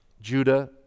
Judah